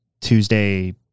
Tuesday